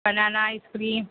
banana ice cream